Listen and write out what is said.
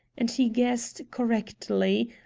and he guessed, correctly,